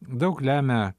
daug lemia